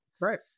right